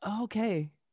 okay